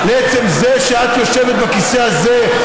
לעצם זה שאת יושבת בכיסא הזה.